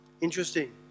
Interesting